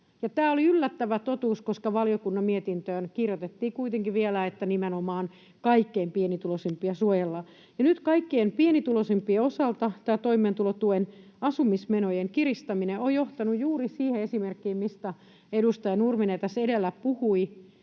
Tämä oli yllättävä totuus, koska valiokunnan mietintöön kirjoitettiin kuitenkin vielä, että nimenomaan kaikkein pienituloisimpia suojellaan, ja nyt kaikkein pienituloisimpien osalta tämä toimeentulotuen asumismenojen kiristäminen on johtanut juuri siihen esimerkkiin, mistä edustaja Nurminen tässä edellä puhui,